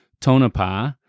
Tonopah